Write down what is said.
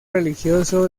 religioso